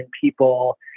people